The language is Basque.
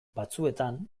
batzuetan